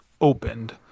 opened